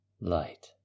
light